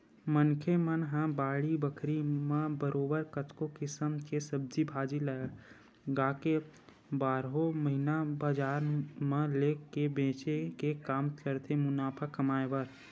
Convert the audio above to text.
मनखे मन ह बाड़ी बखरी म बरोबर कतको किसम के सब्जी भाजी लगाके बारहो महिना बजार म लेग के बेंचे के काम करथे मुनाफा कमाए बर